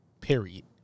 period